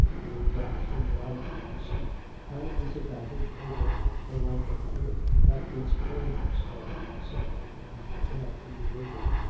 the exacting life of the sea has this advantage over the life of the earth that its claims are simple and cannot be evaded.